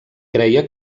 creia